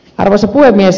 arvoisa puhemies